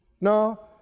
No